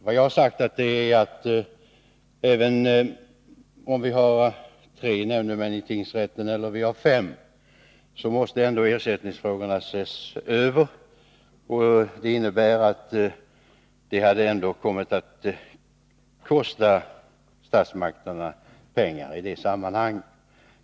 Vad jag har sagt är att vare sig vi har tre nämndemän i tingsrätten eller fem, så måste ersättningsfrågorna ses över, och det innebär kostnader för statsmakterna.